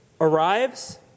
arrives